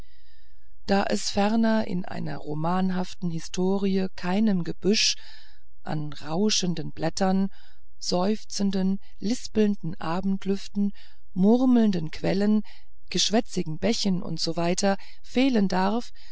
da es ferner in einer romanhaften historie keinem gebüsch an rauschenden blättern seufzenden lispelnden abendlüften murmelnden quellen geschwätzigen bächen u s w fehlen darf